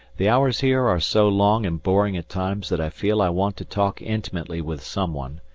the hours here are so long and boring at times that i feel i want to talk intimately with someone.